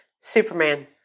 Superman